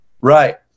Right